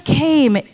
came